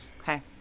Okay